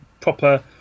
proper